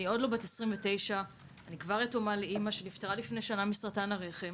אני עוד לא בת 29 ואני כבר יתומה לאימא שנפטרה לפני שנה מסרטן הרחם.